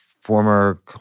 former